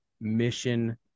mission